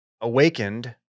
awakened